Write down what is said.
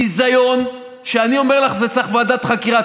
ביזיון שאני אומר לך, זה מצריך ועדת חקירה.